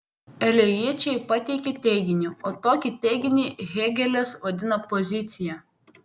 elėjiečiai pateikė teiginį o tokį teiginį hėgelis vadina pozicija